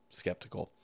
skeptical